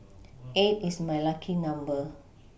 eight is my lucky number